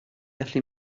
gallu